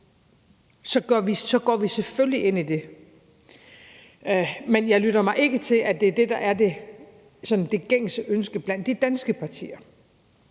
så går vi selvfølgelig ind i det. Men jeg lytter mig ikke til, at det er det, der er det gængse ønske blandt de danske partier,